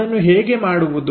ಅದನ್ನು ಹೇಗೆ ಮಾಡುವುದು